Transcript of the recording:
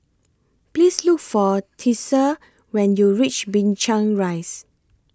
Please Look For Tessa when YOU REACH Binchang Rise